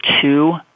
two